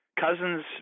Cousins